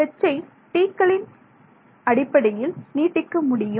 Hஐ T க்களின் அடிப்படையில் நீட்டிக்க முடியும்